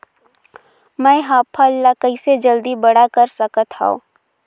मैं ह फल ला कइसे जल्दी बड़ा कर सकत हव?